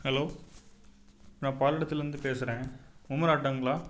hello நான் பல்லடத்திலிருந்து பேசுகிறேன் உமர் ஆட்டோங்களா